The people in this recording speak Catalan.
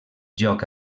joc